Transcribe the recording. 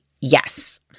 yes